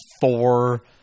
four